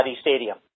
Stadium